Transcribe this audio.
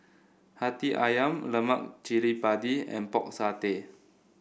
hati ayam Lemak Cili Padi and Pork Satay